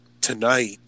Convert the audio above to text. tonight